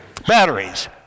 Batteries